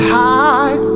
high